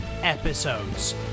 episodes